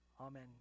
Amen